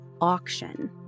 auction